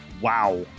wow